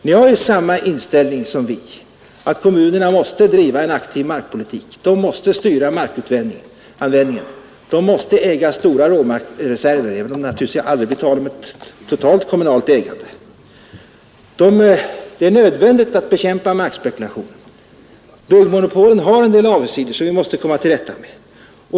Herrarna har samma inställning som vi på en rad punkter: Kommunerna måste driva en aktiv markpolitik. De måste styra markanvändningen. De måste äga stora råmarksreserver, även om det naturligtvis aldrig blir tal om ett totalt kommunalt ägande. Det är nödvändigt att bekämpa markspekulationen — byggmonopolen har avigsidor som vi måste komma till rätta med.